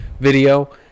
video